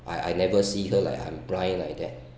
I I never see her like I'm blind like that